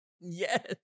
Yes